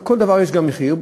לכל דבר יש גם מחיר,